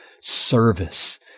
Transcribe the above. service